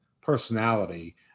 personality